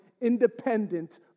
independent